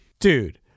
Dude